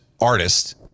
artist